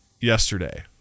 yesterday